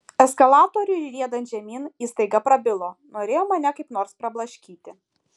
eskalatoriui riedant žemyn jis staiga prabilo norėjo mane kaip nors prablaškyti